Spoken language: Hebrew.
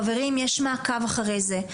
חברים, יש מעקב אחרי זה.